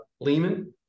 Lehman